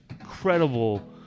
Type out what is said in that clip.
incredible